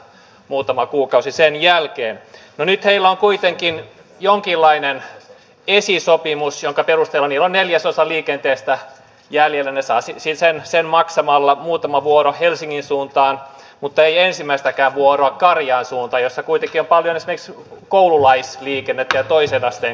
tähän liittyen tämä asedirektiivi mikä nyt on suunnitteilla eussa on tehoton tapa joka ei tule terrorismitekoja vähentämään sen maksamalla muutaman vuoron helsingin suuntaan muttei ensimmäistäkään vuoroa takia koska näihin todellisiin ongelmiin ei puututa tällä asedirektiivitavalla